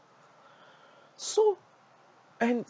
so and